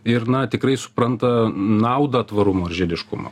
ir na tikrai supranta naudą tvarumo ir žiediškumo